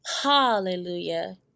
Hallelujah